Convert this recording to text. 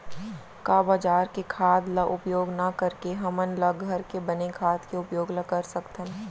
का बजार के खाद ला उपयोग न करके हमन ल घर के बने खाद के उपयोग ल कर सकथन?